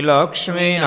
Lakshmi